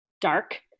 dark